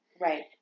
Right